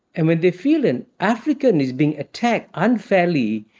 and when they feel an african is being attacked unfairly,